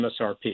MSRP